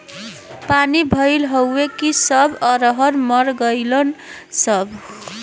पानी भईल हउव कि सब अरहर मर गईलन सब